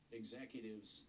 executives